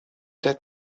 der